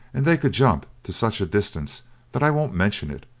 and they could jump to such a distance that i won't mention it,